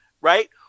right